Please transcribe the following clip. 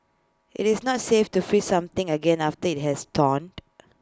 IT is not safe to freeze something again after IT has thawed